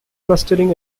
clustering